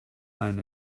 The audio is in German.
ein